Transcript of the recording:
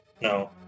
No